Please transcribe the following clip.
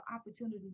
opportunity